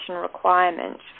requirement